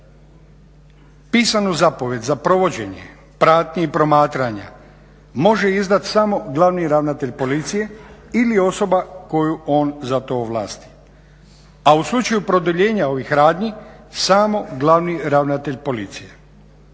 Pisanu zapovijed za provođenje pratnje i promatranja može izdati samo glavni ravnatelj policije ili osoba koju on za to ovlasti. A u slučaju produljenja ovih radnji samo glavni ravnatelj policije.